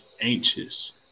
anxious